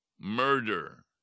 murder